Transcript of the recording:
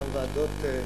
אותן ועדות,